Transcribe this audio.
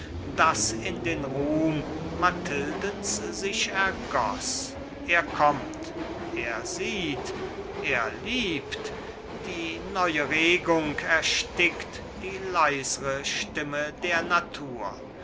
das in dem ruhm mathildens sich ergoß er kommt er sieht er liebt die neue regung erstickt die leisre stimme der natur